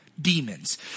Demons